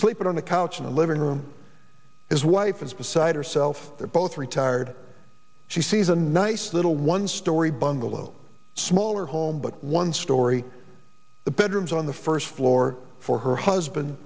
sleeping on the couch in the living room his wife is beside herself they're both retired she sees a nice little one storey bungalow smaller home but one story the bedrooms on the first floor for her husband